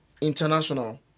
international